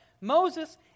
Moses